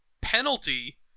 penalty